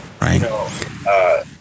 right